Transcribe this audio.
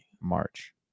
March